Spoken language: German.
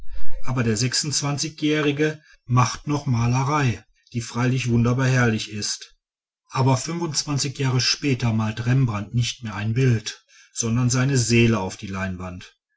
aber der jährige macht noch malerei die freilich wunderbar herrlich ist aber fünfundzwanzig jahre später malt rembrandt nicht mehr ein bild sondern seine seele auf die leinwand